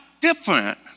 different